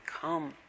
come